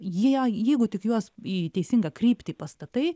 jie jeigu tik juos į teisingą kryptį pastatai